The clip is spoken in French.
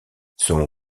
son